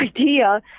idea